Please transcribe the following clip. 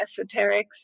esoterics